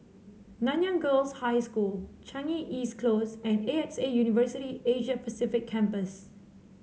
Nanyang Girls' High School Changi East Close and A X A University Asia Pacific Campus